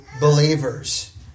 believers